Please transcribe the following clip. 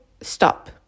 stop